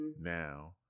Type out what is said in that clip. now